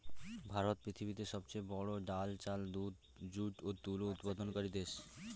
ভারত পৃথিবীতে সবচেয়ে বড়ো ডাল, চাল, দুধ, যুট ও তুলো উৎপাদনকারী দেশ